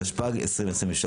התשפ"ג-2023.